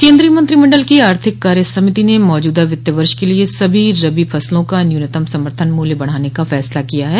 केन्द्रीय मंत्रिमंडल की आर्थिक कार्य समिति ने मौजूदा वित्त वर्ष के लिए सभी रबी फसलों का न्यूनतम समर्थन मूल्य बढ़ाने का फैसला किया है